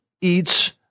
eats